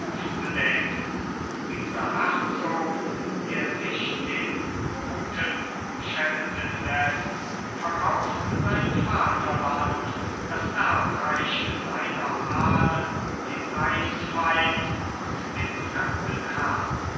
bedeckt und dieser herzog der sich den guten schelten läßt verkauft sein vaterland das erbreich seiner ahnen dem reichsfeind und dem fremden herrn